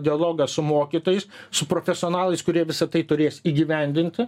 dialogą su mokytojais su profesionalais kurie visa tai turės įgyvendinti